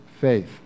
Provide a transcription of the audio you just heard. faith